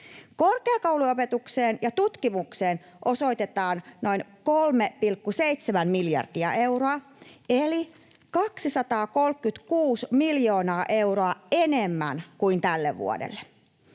Korkeakouluopetukseen ja tutkimukseen osoitetaan noin 3,7 miljardia euroa eli 236 miljoonaa euroa enemmän kuin tälle vuodelle.